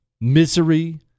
misery